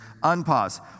Unpause